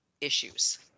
issues